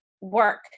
work